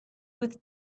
with